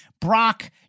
Brock